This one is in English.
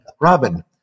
Robin